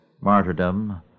martyrdom